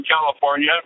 California